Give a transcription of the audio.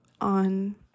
on